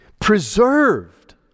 Preserved